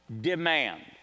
demand